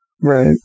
Right